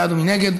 מי בעד ומי נגד?